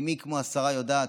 ומי כמו השרה יודעת,